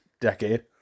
decade